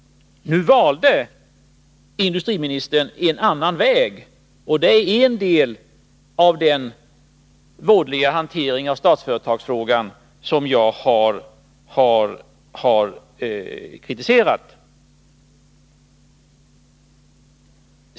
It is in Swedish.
Nu valde industriministern emellertid att gå en annan väg. Detta är en del av den vådliga hantering av Statsföretagsfrågan som jag har kritiserat.